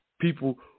people